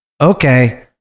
okay